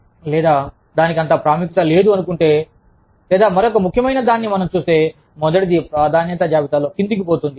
లేదా దానికి అంత ప్రాముఖ్యత లేదు అనుకుంటే లేదా మరొక ముఖ్యమైన దానిని మనం చూస్తే మొదటిది ప్రాధాన్యత జాబితాలో కిందికి పోతుంది